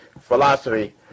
philosophy